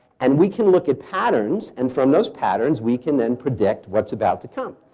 and we can look at patterns and from those patterns we can then predict what's about to come.